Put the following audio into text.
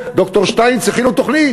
בקודמת, ד"ר שטייניץ, הכינו תוכנית.